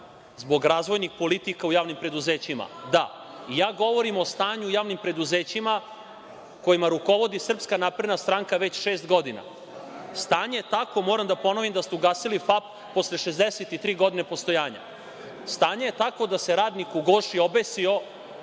zbog razvojnih politika u javnim preduzećima? Da. Ja govorim o stanju javnih preduzeća, kojima rukovodi SNS već šest godina. Stanje je takvo, moram da ponovim, da ste ugasili FAP posle 63 godine postojanja. Stanje je takvo da se radnik u „Goši“ obesio